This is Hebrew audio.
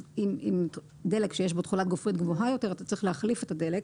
אז עם דלק שיש בו תחולת גופרית גבוהה יותר אתה צריך להחליף את הדלק